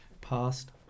past